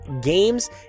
games